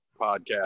podcast